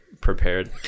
prepared